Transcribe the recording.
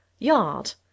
Yard